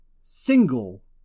single